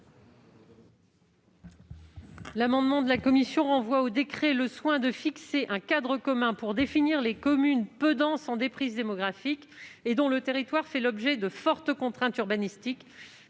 amendement vise à renvoyer au décret le soin de fixer un cadre commun pour déterminer les « communes peu denses en déprise démographique » et dont le territoire fait l'objet de fortes contraintes urbanistiques,